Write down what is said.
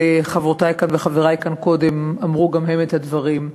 וחברותי כאן וחברי כאן קודם אמרו גם הם את הדברים.